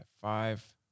five